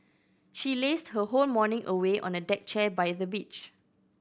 she lazed her whole morning away on a deck chair by the beach